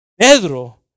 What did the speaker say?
Pedro